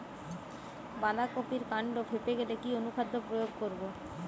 বাঁধা কপির কান্ড ফেঁপে গেলে কি অনুখাদ্য প্রয়োগ করব?